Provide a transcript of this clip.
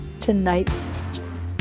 tonight's